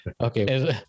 Okay